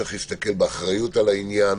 צריך להסתכל באחריות על העניין.